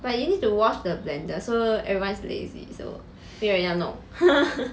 but you need to wash the blender so everyone's lazy so 没有人要弄